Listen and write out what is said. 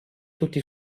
tutti